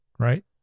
Right